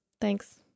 Thanks